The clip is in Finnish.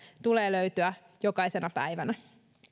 tulee löytyä siellä kouluyhteisössä jokaisena päivänä